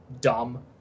dumb